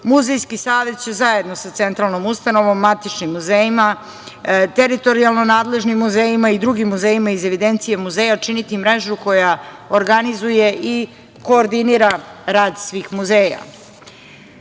važno. Muzejski savet će zajedno sa Centralnom ustanovom, matičnim muzejima, teritorijalno nadležnim muzejima i drugim muzejima iz evidencije muzeja činiti mrežu koja organizuje i koordinira rad svih